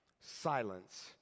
Silence